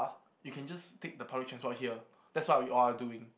you can just take the public transport here that's what we all are doing